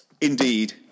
Indeed